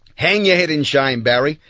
hang your head in shame barry.